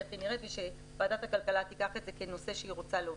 איך היא נראית ושוועדת הכלכלה תיקח את זה כנושא שהיא רוצה להוביל.